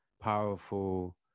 powerful